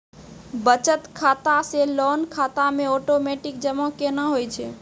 बचत खाता से लोन खाता मे ओटोमेटिक जमा केना होय छै?